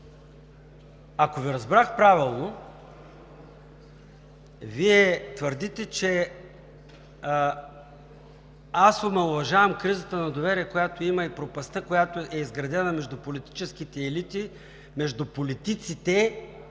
Ако Ви разбрах правилно, Вие твърдите, че аз омаловажавам кризата на доверие, която има, и пропастта, която е изградена между политическите елити, между политиците,